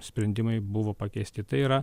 sprendimai buvo pakeisti tai yra